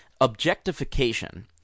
Objectification